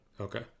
Okay